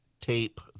tape